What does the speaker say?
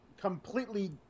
completely